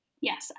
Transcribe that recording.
Yes